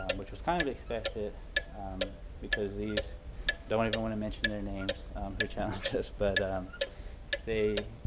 um which was kind of expected because these don't even want to mention their names who challenged us but um they